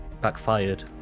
backfired